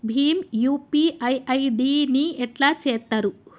Bhim UPI ID ని ఎట్లా చేత్తరు?